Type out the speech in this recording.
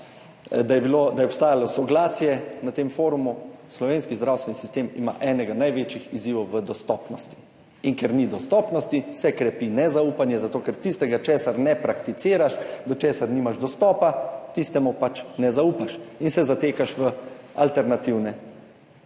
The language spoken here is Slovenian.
da je obstajalo soglasje na tem forumu, slovenski zdravstveni sistem ima enega največjih izzivov v dostopnosti, in ker ni dostopnosti, se krepi nezaupanje, zato ker tistega, česar ne prakticiraš, do česar nimaš dostopa, tistemu pač ne zaupaš in se zatekaš v alternativne